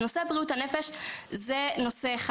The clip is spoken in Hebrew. אז נושא בריאות הנפש זה נושא אחד.